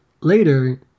later